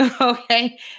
Okay